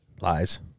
Lies